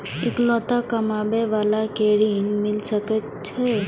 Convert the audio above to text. इकलोता कमाबे बाला के ऋण मिल सके ये?